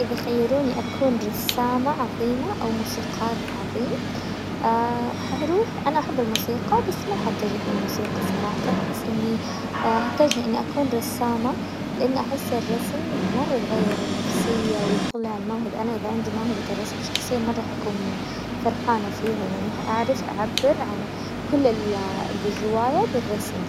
اذا خيروني اكون رسامة عظيمة او موسيقار عظيم، حروح انا احب الموسيقى بس ما حتجه للموسيقى صراحة، احس اني اتجه اني اكون رسامة لاني احس الرسم مرة يغير النفسية ويطلع الموهبة، انا اذا عندي موهبة الرسم شخصيا مرة حكون فرحانة فيها، يعني اعرف اعبر عن كل اللي جوايا بالرسم،